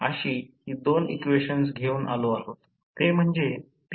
तर म्हणून उपकरणाचे वाचन हे व्होल्टमीटर वाचन म्हणजे 13